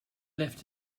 left